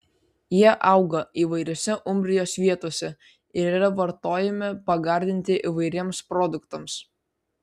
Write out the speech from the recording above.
jie auga įvairiose umbrijos vietose ir yra vartojami pagardinti įvairiems produktams